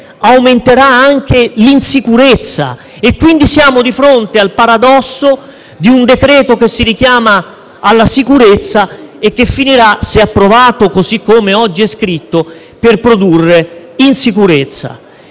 aumenterà anche l'insicurezza. Siamo quindi di fronte al paradosso di un decreto-legge che si richiama alla sicurezza e che finirà, se approvato così come oggi è scritto, per produrre insicurezza.